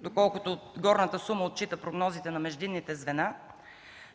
доколкото горната сума отчита прогнозите на междинните звена,